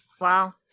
Wow